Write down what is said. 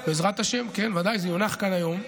בעזרת השם, כן, בוודאי, זה יונח כאן היום.